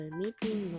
meeting